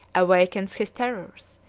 awakens his terrors,